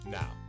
now